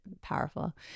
powerful